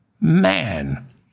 man